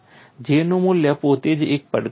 J નું મૂલ્યાંકન પોતે જ એક પડકાર છે